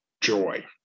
joy